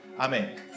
amen